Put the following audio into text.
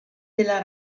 della